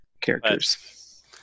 characters